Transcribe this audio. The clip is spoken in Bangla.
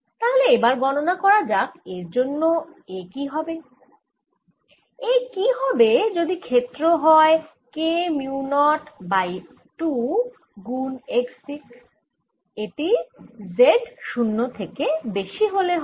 তাহলে এবার গণনা করা যাক এর জন্য A A কি হবে যদি ক্ষেত্র হয় K মিউ নট বাই 2 গুন x দিক এটি z 0 থেকে বেশি হলে হয়